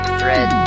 thread